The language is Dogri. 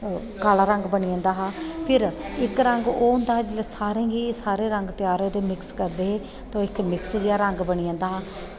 काला रंग बनी जंदा हा फिर इक्क रंग ओह् होंदा जेह्का सारें गी सारे रंंग त्यार होंदे हे ते मिक्स करदे हे ते ओह् इक्क मिक्स जेहा रंग बनी जंदा हा